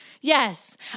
Yes